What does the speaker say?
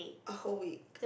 a whole week